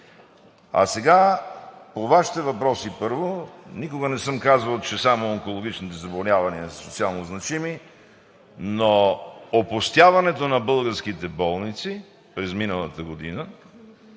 Сега по Вашите въпроси, първо. Никога не съм казвал, че само онкологичните заболявания са социалнозначими. Опустяването на българските болници през миналата година